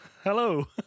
Hello